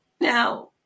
now